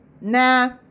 Nah